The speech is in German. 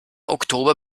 oktober